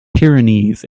pyrenees